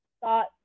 thought